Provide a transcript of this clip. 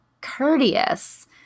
courteous